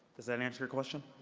does that answer your question?